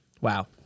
wow